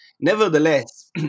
Nevertheless